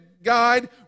guide